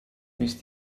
wnest